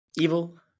evil